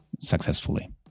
successfully